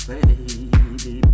Baby